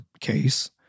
case